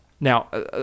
Now